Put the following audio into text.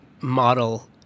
model